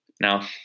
Now